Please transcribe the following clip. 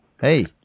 Hey